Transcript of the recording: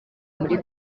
muri